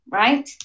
right